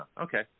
Okay